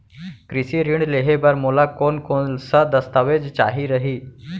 कृषि ऋण लेहे बर मोला कोन कोन स दस्तावेज चाही रही?